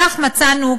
כך מצאנו,